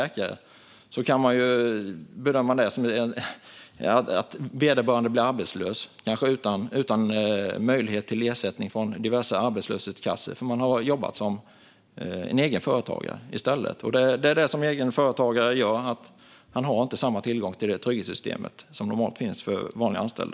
Då kanske stafettläkaren blir arbetslös, kanske utan möjlighet till ersättning från diverse arbetslöshetskassor eftersom man har jobbat som egenföretagare i stället. Så är det att vara egen företagare. Man har inte samma tillgång till det trygghetssystem som normalt finns för vanliga anställda.